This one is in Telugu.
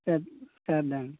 చే చేద్దాం